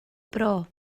bro